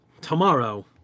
tomorrow